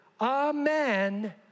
Amen